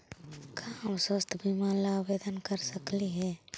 का हम स्वास्थ्य बीमा ला आवेदन कर सकली हे?